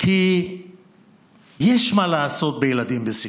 כי יש מה לעשות בילדים בסיכון.